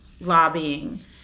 lobbying